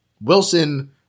Wilson